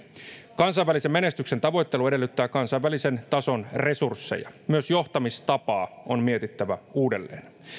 kansainvälisen menestyksen tavoittelu edellyttää kansainvälisen tason resursseja myös johtamistapaa on mietittävä uudelleen